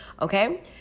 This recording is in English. Okay